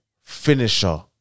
finisher